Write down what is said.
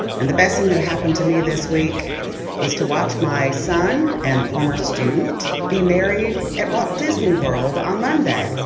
and the best thing that happened to me this week is to watch my son and former student be married at walt disney world on monday